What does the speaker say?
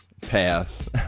pass